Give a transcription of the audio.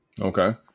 okay